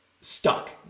stuck